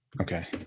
Okay